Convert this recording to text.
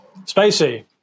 Spacey